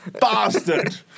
bastard